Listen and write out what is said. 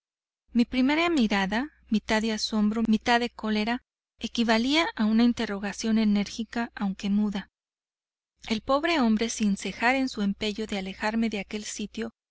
mi primera mirada mitad de asombro mitad de cólera equivalía a una interrogación enérgica aunque muda el pobre hombre sin cejar en su empeño de alejarme de aquel sitio